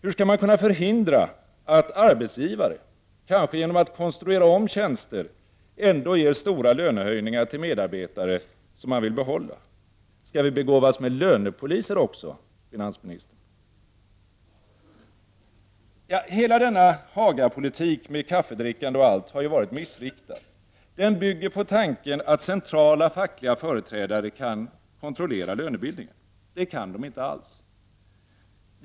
Hur skall man kunna förhindra att arbetsgivare — kanske genom att konstruera om tjänster — ändå ger stora lönehöjningar till medarbetare som man vill behålla? Skall vi begåvas med lönepoliser också, finansministern? Hela denna Haga-politik med kaffedrickande och allt har varit missriktad. Den bygger på tanken att centrala fackliga företrädare kan kontrollera lönebildningen. Det kan de inte alls.